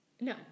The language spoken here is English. No